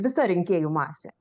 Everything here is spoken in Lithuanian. visa rinkėjų masė